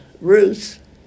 Ruth